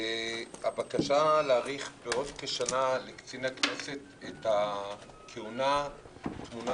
הבקשה להאריך את הכהונה של קצין הכנסת בעוד שנה טמונה